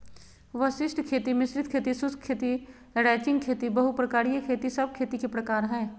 वशिष्ट खेती, मिश्रित खेती, शुष्क खेती, रैचिंग खेती, बहु प्रकारिय खेती सब खेती के प्रकार हय